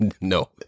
No